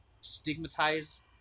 stigmatize